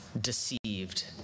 deceived